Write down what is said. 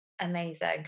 amazing